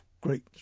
great